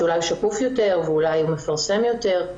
שאולי הוא שקוף יותר ואולי הוא מפרסם יותר.